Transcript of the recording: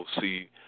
see